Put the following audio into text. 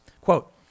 Quote